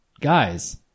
guys